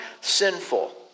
sinful